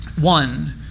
One